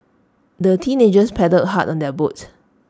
the teenagers paddled hard on their boat